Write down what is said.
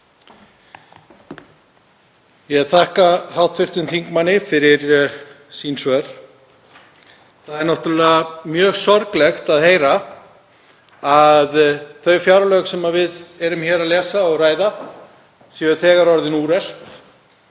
Ég þakka hv. þingmanni fyrir svörin. Það er náttúrlega mjög sorglegt að heyra að þau fjárlög sem við erum hér að lesa og ræða séu þegar orðin úrelt.